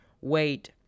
wait